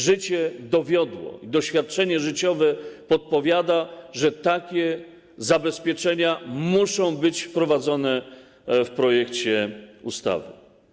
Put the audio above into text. Życie dowiodło i doświadczenie życiowe podpowiada, że takie zabezpieczenia muszą być wprowadzone w projekcie ustawy.